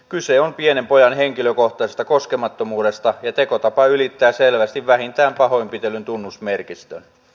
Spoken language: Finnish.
kyse on pienen pojan henkilökohtaisesta koskemattomuudesta ja tekotapa ylittää selvästi vähintään pahoinpitelyn tunnusmerkistön